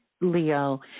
Leo